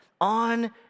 on